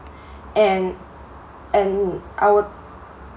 and and I will